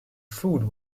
food